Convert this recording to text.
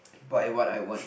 buy what I want